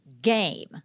Game